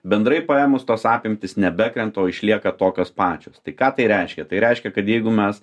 bendrai paėmus tos apimtys nebekrenta o išlieka tokios pačios tai ką tai reiškia tai reiškia kad jeigu mes